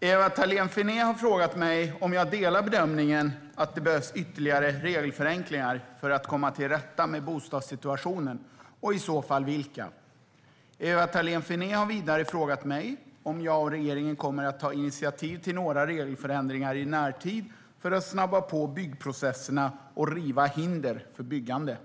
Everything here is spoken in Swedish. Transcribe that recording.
Ewa Thalén Finné har frågat mig om jag delar bedömningen att det behövs ytterligare regelförenklingar för att komma till rätta med bostadssituationen och i så fall vilka. Ewa Thalén Finné har vidare frågat mig om jag och regeringen kommer att ta initiativ till några regelförändringar i närtid för att snabba på byggprocesserna och riva hinder för byggande.